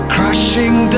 Crushing